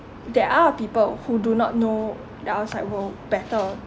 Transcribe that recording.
there are people who do not know the outside world better